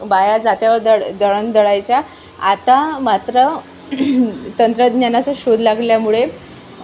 बाया जात्यावर दळ दळण दळायच्या आता मात्र तंत्रज्ञानाचा शोध लागल्यामुळे